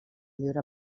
viure